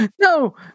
no